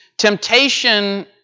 Temptation